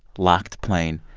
locked plane.